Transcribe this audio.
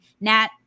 nat